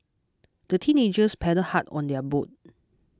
the teenagers paddled hard on their boat